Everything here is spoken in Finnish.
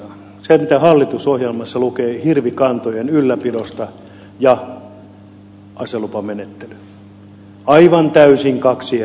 se mitä hallitusohjelmassa lukee hirvikantojen ylläpidosta ja aselupamenettely ovat kaksi täysin eri asiaa